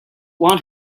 want